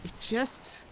just.